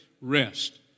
rest